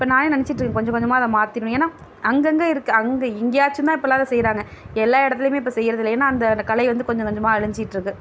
இப்போ நானே நெனைச்சிட்டு இருக்கேன் கொஞ்சம் கொஞ்சமாக அதை மாற்றிக்கிணும் ஏனால் அங்கங்கே இருக்க அங்கே எங்கேயாச்சும் தான் இப்போலாம் அதை செய்கிறாங்க எல்லா இடத்துலையுமே இப்போ செய்யறதுல்ல ஏனால் அந்த கலை வந்து கொஞ்சம் கொஞ்சமாக அழிஞ்சிட்டு இருக்குது